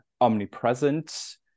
omnipresent